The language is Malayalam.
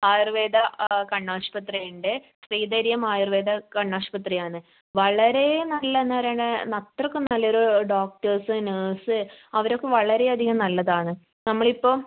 ആയുർവ്വേദ കണ്ണാശുപത്രി ഉണ്ട് ശ്രീധരീയം ആയുർവ്വേദ കണ്ണാശുപത്രി ആണ് വളരേ നല്ലതാണ് എന്താണ് പറയണ്ടെ അത്രക്കും നല്ല ഒരു ഡോക്ടേഴ്സ് നഴ്സ് അവർ ഒക്കെ വളരേ അധികം നല്ലതാണ് നമ്മൾ ഇപ്പോൾ